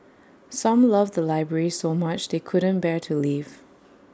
some love the library so much they couldn't bear to leave